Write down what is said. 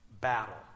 battle